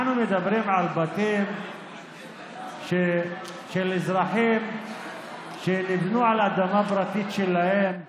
אנחנו מדברים על בתים של אזרחים שניבנו על אדמה פרטית שלהם.